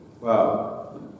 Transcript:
Wow